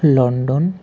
London